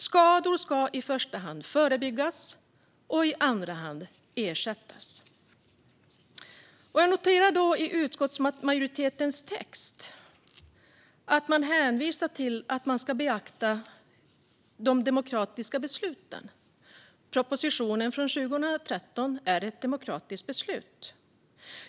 Skador ska i första hand förebyggas och i andra hand ersättas. Jag noterar i utskottsmajoritetens text att man hänvisar till att de demokratiska besluten ska beaktas. Propositionen från 2013 är ett demokratiskt beslut.